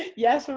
yes. so